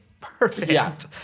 perfect